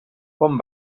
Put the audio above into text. com